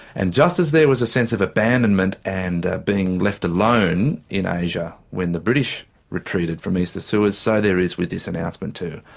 and just as there was a sense of abandonment and being left alone in asia when the british retreated from east of suez, so there is with this announcement too.